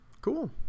cool